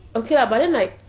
okay lah but then like